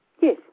Yes